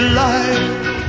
life